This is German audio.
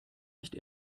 nicht